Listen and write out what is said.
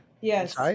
Yes